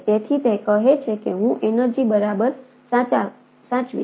તેથી તે કહે છે કે હું એનર્જિ બરાબર સાચવીશ